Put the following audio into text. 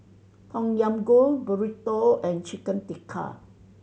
Tom Yam Goong Burrito and Chicken Tikka